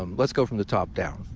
um let's go from the top down.